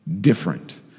different